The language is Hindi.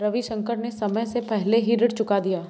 रविशंकर ने समय से पहले ही ऋण चुका दिया